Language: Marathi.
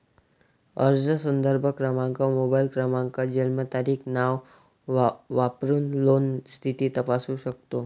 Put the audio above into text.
अर्ज संदर्भ क्रमांक, मोबाईल क्रमांक, जन्मतारीख, नाव वापरून लोन स्थिती तपासू शकतो